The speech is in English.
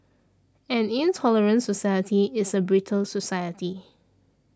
an intolerant society is a brittle society